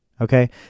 Okay